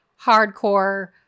hardcore